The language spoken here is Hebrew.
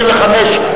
25,